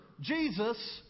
jesus